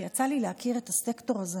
שיצא לי להכיר את הסקטור הזה.